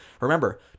Remember